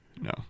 no